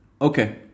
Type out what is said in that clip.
okay